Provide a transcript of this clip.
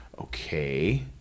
okay